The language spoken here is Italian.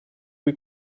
cui